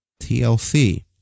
TLC